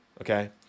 okay